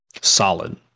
solid